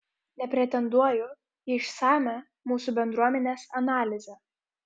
nepretenduoju į išsamią mūsų bendruomenės analizę